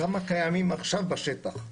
כמה קיימים עכשיו בשטח?